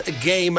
game